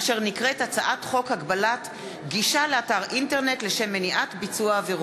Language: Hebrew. אשר נקראת הצעת חוק הגבלת גישה לאתר אינטרנט לשם מניעת ביצוע עבירות,